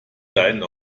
deinen